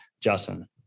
Justin